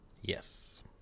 Yes